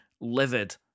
livid